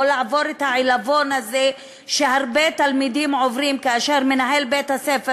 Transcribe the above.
לעבור את העלבון הזה שהרבה תלמידים עוברים כאשר מנהל בית-הספר